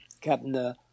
Captain